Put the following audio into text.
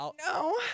No